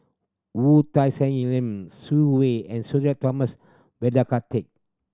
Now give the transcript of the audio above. Wu Tsai Yen Lim Swee Say and Sudhir Thomas Vadaketh